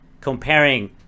comparing